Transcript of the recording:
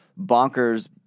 bonkers